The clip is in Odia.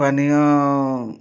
ପାନୀୟ